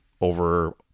over